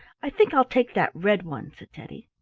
i think i'll take that red one, said teddy.